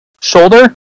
shoulder